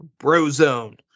Brozone